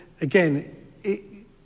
again